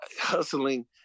hustling